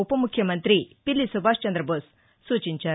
ఉప ముఖ్యమంతి పిల్లి సుభాష్చంద్రబోస్ సూచించారు